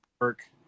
work